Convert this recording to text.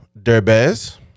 Derbez